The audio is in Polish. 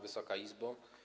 Wysoka Izbo!